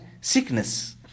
sickness